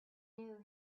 knew